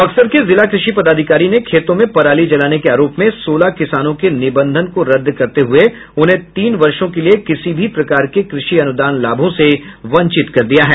बक्सर के जिला कृषि पदाधिकारी ने खेतों में पराली जलाने के आरोप में सोलह किसानों के निबंधन को रद्द करते हुए उन्हें तीन वर्षों के लिए किसी भी प्रकार के कृषि अनुदान लाभों से वंचित कर दिया है